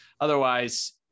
otherwise